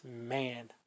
man